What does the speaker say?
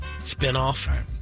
spinoff